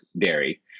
Dairy